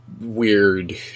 weird